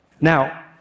Now